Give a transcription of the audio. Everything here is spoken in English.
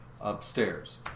upstairs